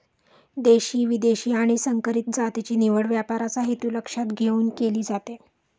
देशी, विदेशी आणि संकरित जातीची निवड व्यापाराचा हेतू लक्षात घेऊन केली जाते